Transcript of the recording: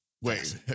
Wait